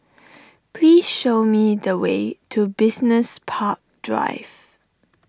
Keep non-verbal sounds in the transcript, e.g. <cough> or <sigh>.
<noise> please show me the way to Business Park Drive